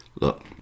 Look